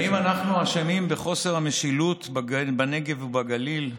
האם אנחנו אשמים בחוסר המשילות בנגב ובגליל?